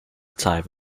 type